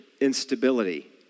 instability